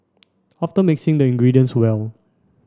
after mixing the ingredients well